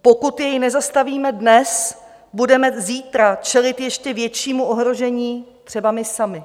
Pokud jej nezastavíme dnes, budeme zítra čelit ještě většímu ohrožení třeba my sami.